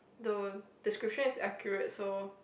the description is accurate so